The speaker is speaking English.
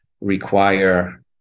require